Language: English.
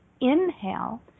inhale